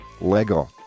Lego